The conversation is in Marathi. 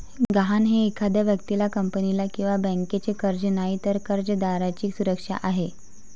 गहाण हे एखाद्या व्यक्तीला, कंपनीला किंवा बँकेचे कर्ज नाही, तर कर्जदाराची सुरक्षा आहे